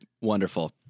Wonderful